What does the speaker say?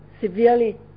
severely